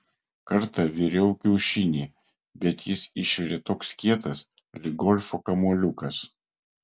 kartą viriau kiaušinį bet jis išvirė toks kietas lyg golfo kamuoliukas